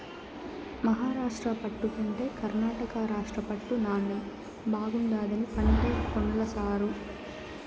మహారాష్ట్ర పట్టు కంటే కర్ణాటక రాష్ట్ర పట్టు నాణ్ణెం బాగుండాదని పంటే కొన్ల సారూ